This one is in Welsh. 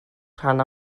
rhan